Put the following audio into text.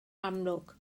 amlwg